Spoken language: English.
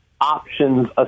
options